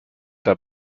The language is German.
der